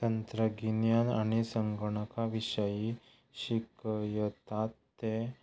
तंत्रगिन्यान आनी संगणका विशयी शिकपाक येतात ते